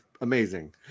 Amazing